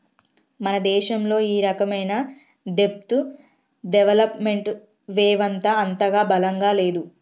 మన దేశంలో ఈ రకమైన దెబ్ట్ డెవలప్ మెంట్ వెవత్త అంతగా బలంగా లేదు